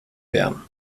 werden